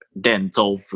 dental